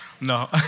No